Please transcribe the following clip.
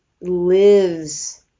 lives